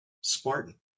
Spartan